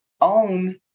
own